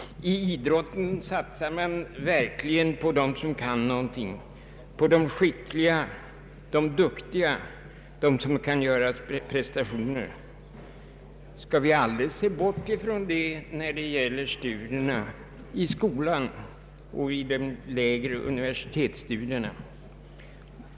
Inom idrotten satsar man verkligen på dem som kan något, på de skickliga, de duktiga, de som kan göra prestationer. Skall vi alldeles se bort från detta när det gäller studierna i skolan och på de lägre universitetsstadierna?